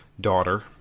daughter